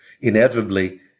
inevitably